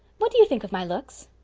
what do you think of my looks?